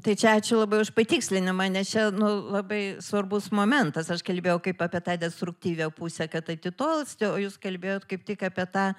tai čia ačiū labai už patikslinimą nes čia nu labai svarbus momentas aš kalbėjau kaip apie tą destruktyviąją pusę kad atitolsti o jūs kalbėjot kaip tik apie tą